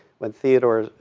when theodore,